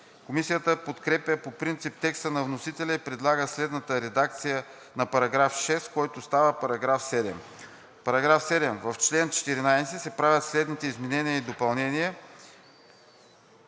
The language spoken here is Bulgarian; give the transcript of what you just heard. Комисията подкрепя по принцип текста на вносителя и предлага следната редакция на § 6, който става § 7: „§ 7. В чл. 14 се правят следните изменения и допълнения: